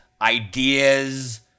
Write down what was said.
ideas